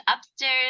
upstairs